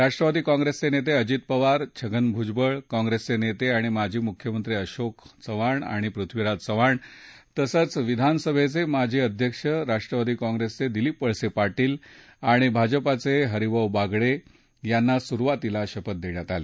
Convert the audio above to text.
राष्ट्रवादी काँग्रेसचे नेते अजित पवार छगन भुजबळ काँग्रसेचे नेत आणि माजी मुख्यमंत्री अशोक चव्हाण आणि पृथ्वीराज चव्हाण तसंच विधानसभेचे माजी अध्यक्ष राष्ट्रवादी काँप्रेसचे दिलीप वळसे पाटील आणि भाजपाचे हरिभाऊ बागडे यांना सुरुवातीला शपथ देण्यात आली